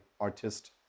artist-